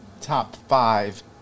top-five